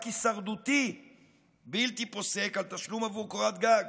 הישרדותי בלתי פוסק על תשלום עבור קורת גג.